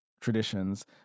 traditions